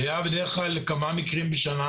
זה היה בדרך כלל כמה מקרים בשנה,